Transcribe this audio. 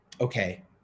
okay